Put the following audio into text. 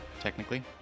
Technically